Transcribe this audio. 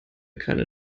keine